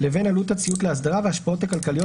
לבין עלות הציות לאסדרה וההשפעות הכלכליות